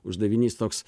uždavinys toks